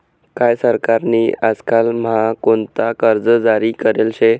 काय सरकार नी आजकाल म्हा कोणता कर्ज जारी करेल शे